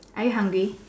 are you hungry